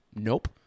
nope